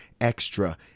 Extra